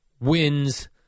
wins